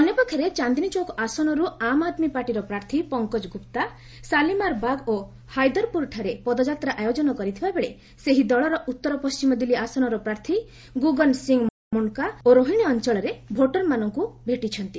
ଅନ୍ୟ ପକ୍ଷରେ ଚାନ୍ଦିନୀଚୌକ୍ ଆସନର୍ ଆମ୍ ଆଦମୀ ପାର୍ଟିର ପ୍ରାର୍ଥୀ ପଙ୍କଜ ଗ୍ରପ୍ତା ସାଲିମାରବାଗ୍ ଓ ହାଇଦରପୁରଠାରେ ପଦଯାତ୍ରା ଆୟୋଜନ କରିଥିବା ବେଳେ ସେହି ଦଳର ଉତ୍ତର ପଣ୍ଟିମ ଦିଲ୍ଲୀ ଆସନର ପ୍ରାର୍ଥୀ ଗୁଗନ ସିଂହ ମୁଣ୍ଡକା ଓ ରୋହିଣୀ ଅଞ୍ଚଳରେ ଭୋଟରମାନଙ୍କୁ ଭେଟିଛନ୍ତି